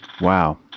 Wow